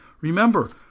remember